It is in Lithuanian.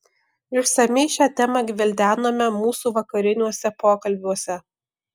išsamiai šią temą gvildenome mūsų vakariniuose pokalbiuose